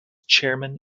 chairman